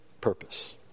purpose